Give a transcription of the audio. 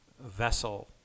vessel